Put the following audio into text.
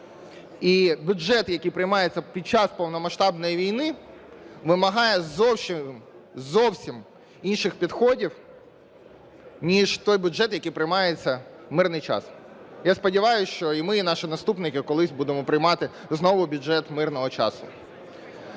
І бюджет, який приймається під час повномасштабної війни, вимагає зовсім інших підходів ніж той бюджет, який приймається в мирний час. Я сподіваюся, що і ми, і наші наступники колись будемо приймати знову бюджет мирного часу.